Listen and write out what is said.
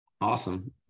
Awesome